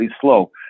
slow